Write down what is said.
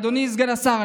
אדוני סגן השר,